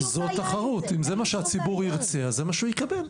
אם זה מה שהציבור ירצה אז זה מה שהוא יקבל.